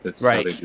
Right